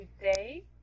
today